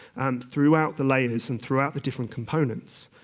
and throughout the layers, and throughout the different components,